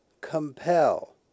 Compel